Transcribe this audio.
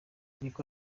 niko